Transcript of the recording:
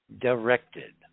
directed